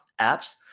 apps